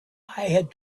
had